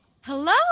Hello